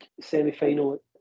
semi-final